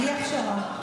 ובלי הכשרה.